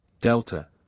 delta